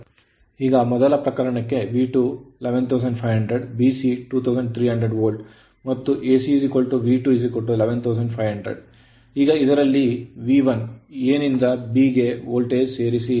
ಆದ್ದರಿಂದ ಈಗ ಮೊದಲ ಪ್ರಕರಣಕ್ಕೆ V2 11500 BC 2300 ವೋಲ್ಟ್ ಮತ್ತು ACV211500 ಈಗ ಇದರಲ್ಲಿ V1 A ನಿಂದ B ಗೆ ವೋಲ್ಟೇಜ್ ಸೇರಿಸಿ